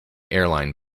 airline